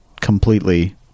completely